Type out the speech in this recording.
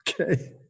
Okay